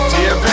Dear